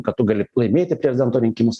kad tu gali laimėti prezidento rinkimus